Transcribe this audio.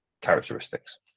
characteristics